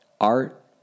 Art